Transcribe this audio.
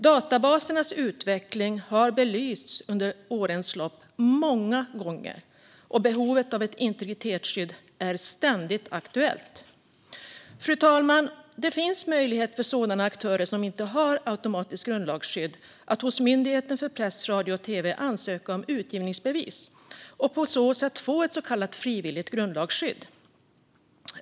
Databasernas utveckling har belysts under årens lopp många gånger, och behovet av ett integritetsskydd är ständigt aktuellt. Fru talman! Det finns möjlighet för sådana aktörer som inte har automatiskt grundlagsskydd att hos Myndigheten för press, radio och tv ansöka om utgivningsbevis och på så sätt få ett så kallat frivilligt grundlagsskydd.